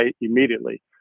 immediately